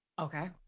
Okay